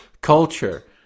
culture